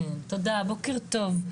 תודה, בוקר טוב.